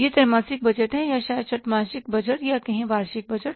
वह त्रैमासिक बजट है या शायद षटमासिक बजट या कहें वार्षिक बजट